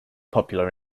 popular